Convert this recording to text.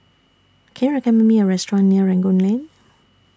Can YOU recommend Me A Restaurant near Rangoon Lane